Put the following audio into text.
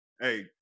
hey